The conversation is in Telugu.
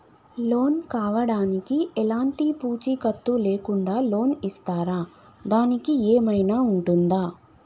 లోన్ కావడానికి ఎలాంటి పూచీకత్తు లేకుండా లోన్ ఇస్తారా దానికి ఏమైనా ఉంటుందా?